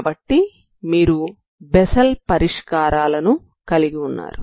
కాబట్టి మీరు బెస్సెల్ పరిష్కారాలను కలిగి ఉన్నారు